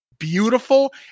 Beautiful